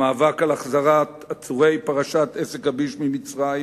במאבק על החזרת עצורי פרשת "עסק הביש" ממצרים,